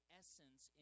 essence